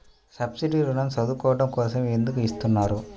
Subsidy ఋణం చదువుకోవడం కోసం ఎందుకు ఇస్తున్నారు?